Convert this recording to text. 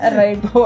right